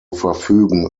verfügen